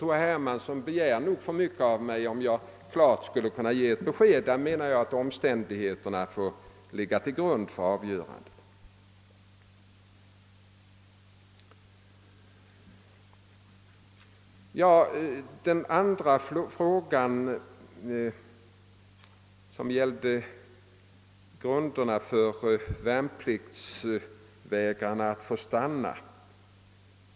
Herr Hermansson begär nog för mycket av mig, när han vill att jag skall ge ett klart besked. Jag menar att omständigheterna i det enskilda fallet får ligga till grund för avgörandet. Den andra frågan gällde grunderna för att andra värnpliktsvägrare skall få stanna.